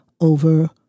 over